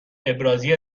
ابرازی